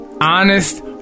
honest